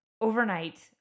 overnight